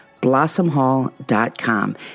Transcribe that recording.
blossomhall.com